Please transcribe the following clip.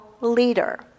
leader